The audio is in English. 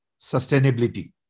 sustainability